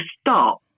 stop